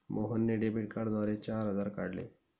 मोहनने डेबिट कार्डद्वारे चार हजार काढले